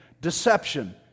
Deception